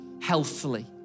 healthfully